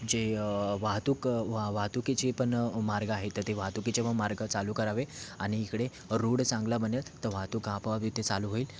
जे वाहतूक वाहतुकीची पण मार्ग आहे तर ते वाहतुकीचे पण मार्ग चालू करावे आणि इकडे रोड चांगला बनेल तर वाहतूक आपोआप इथे चालू होईल